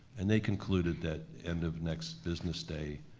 and they concluded that end of next business day,